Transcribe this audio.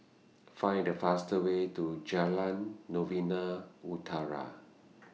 Find The fast Way to Jalan Novena Utara